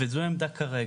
וזו העמדה כרגע.